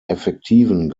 effektiven